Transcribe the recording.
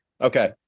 okay